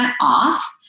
off